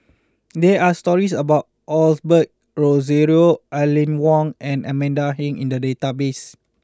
there are stories about Osbert Rozario Aline Wong and Amanda Heng in the database